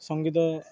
ସଙ୍ଗୀତ